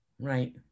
right